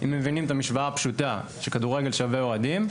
אם מבינים את המשוואה הפשוטה שכדורגל שווה אוהדים,